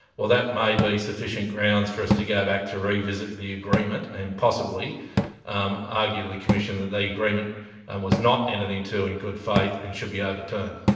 well that may be sufficient grounds for us to go back to revisit the agreement, and possibly um argue to the commission that the yeah agreement and was not entered into in good faith, and should be overturned.